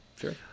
sure